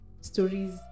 stories